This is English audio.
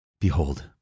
Behold